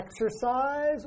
exercise